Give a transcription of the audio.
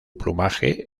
plumaje